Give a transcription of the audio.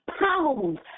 pounds